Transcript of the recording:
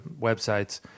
websites